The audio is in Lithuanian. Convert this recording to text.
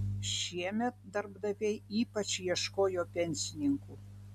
šiemet darbdaviai ypač ieškojo pensininkų